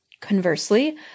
Conversely